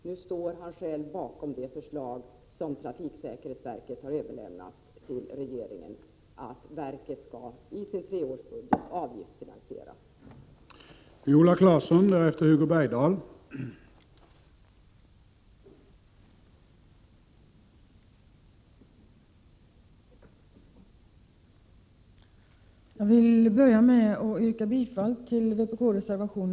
Nu stöder han det förslag trafiksäkerhetsverket har lämnat till regeringen om att verket, i sin treårsbudget, skall finansiera verksamhet med avgifter.